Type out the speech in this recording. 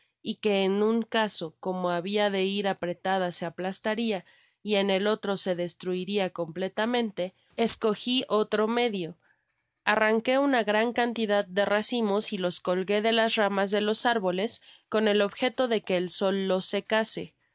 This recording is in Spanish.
y que en un caso como habia de ir apretada se aplastaria y sil el otro se destruiria completamente escogi otro medio arranqué una gran cantidad de racimos y los colgué de lis ramas de los árboles con el objeto de que el sol los secase